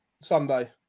Sunday